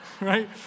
Right